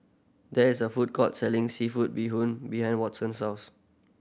there is a food court selling seafood bee hoon behind Watson's house